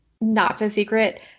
not-so-secret